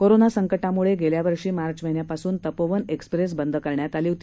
कोरोनासंकटामुळेगेल्यावर्षीमार्चमहिन्यापासूनतपोवनएक्स्प्रेसबंदकरण्यातआलीहोती